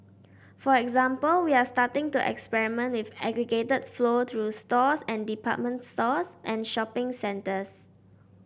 for example we're starting to experiment with aggregated flow through stores and department stores and shopping centres